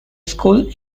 school